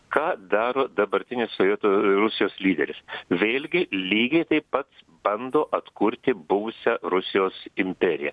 ką daro dabartinis sovietų rusijos lyderis vėlgi lygiai taip pat bando atkurti buvusią rusijos imperiją